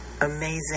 amazing